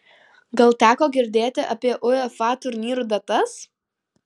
gal teko girdėti apie uefa turnyrų datas